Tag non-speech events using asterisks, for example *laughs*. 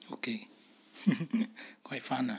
okay *laughs* quite fun ah